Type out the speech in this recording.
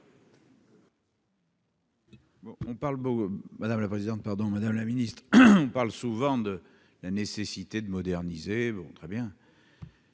madame la présidente, pardon, Madame la Ministre, on parle souvent de la nécessité de moderniser, bon très bien,